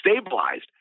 stabilized